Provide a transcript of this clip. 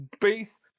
base